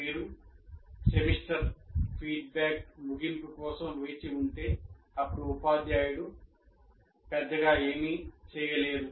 మీరు semester feedback ముగింపు కోసం వేచి ఉంటే అప్పుడు ఉపాధ్యాయుడు పెద్దగా ఏమీ చేయలేరు